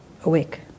awake